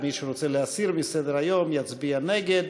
מי שרוצה להסיר מסדר-היום, יצביע נגד.